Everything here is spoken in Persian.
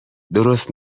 درست